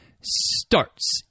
starts